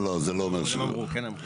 כן אמרו.